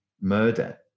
murder